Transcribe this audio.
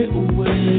away